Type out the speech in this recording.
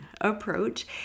approach